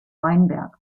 weinberg